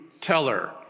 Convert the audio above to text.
teller